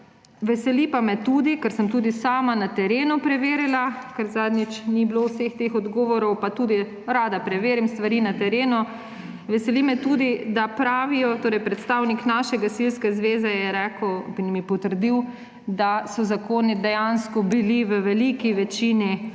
Veseli pa me tudi – ker sem tudi sama na terenu preverila, ker zadnjič ni bilo vseh teh odgovorov, pa tudi rada preverim stvari na terenu – da pravijo, predstavnik naše gasilske zveze je rekel in mi potrdil, da so zakoni dejansko bili v veliki večini